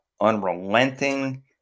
unrelenting